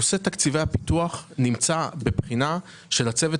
נושא תקציבי הפיתוח נמצא בבחינה של הצוות